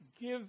give